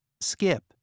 Skip